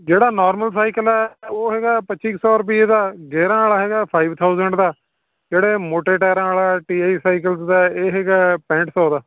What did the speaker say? ਜਿਹੜਾ normal cycle ਹੈ ਉਹ ਹੈਗਾ ਪੱਚੀ ਕੁ ਸੌ ਰੁਪਈਏ ਦਾ ਗੇਰਾਂ ਵਾਲਾ ਹੈਗਾ ਫਾਈਵ ਥਾਊਜੈਂਟ ਦਾ ਜਿਹੜੇ ਮੋਟੇ ਟਾਇਰਾਂ ਵਾਲਾ ਟੀ ਆਈ ਸਾਈਕਲ ਦਾ ਇਹ ਹੈਗਾ ਪੈਂਠ੍ਹ ਸੌ ਦਾ